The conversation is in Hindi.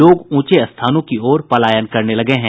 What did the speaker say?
लोग ऊॅचे स्थानों की ओर पलायन करने लगे हैं